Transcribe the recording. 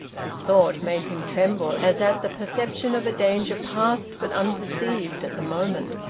this thought made him tremble as at the perception of a danger past but unperceived at the moment.